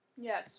Yes